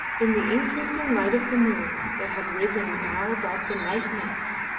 in the increasing light of the moon that had risen now above the night mist,